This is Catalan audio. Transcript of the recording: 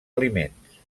aliments